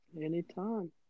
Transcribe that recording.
Anytime